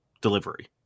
delivery